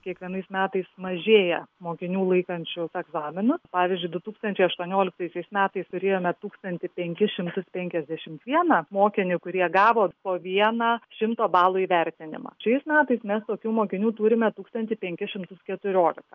kiekvienais metais mažėja mokinių laikančių egzaminus pavyzdžiui du tūkstančiai aštuonioliktaisiais metais turėjome tūkstantį penkis šimtus penkiasdešim vieną mokinį kurie gavo po vieną šimto balų įvertinimą šiais metais mes tokių mokinių turime tūkstantį penkis šimtus keturiolika